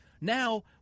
Now